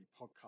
podcast